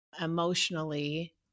emotionally